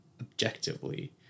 objectively